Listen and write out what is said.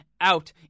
out